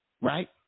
right